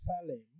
Salem